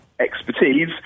expertise